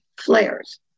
flares